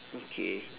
okay